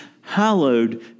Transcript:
hallowed